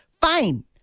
Fine